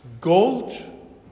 Gold